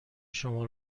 شما